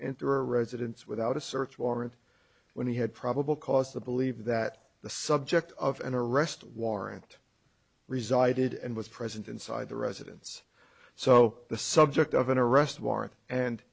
enter residents without a search warrant when he had probable cause to believe that the subject of an arrest warrant resided and was present inside the residence so the subject of an arrest warrant and